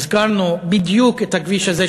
הזכרנו בדיוק את הכביש הזה,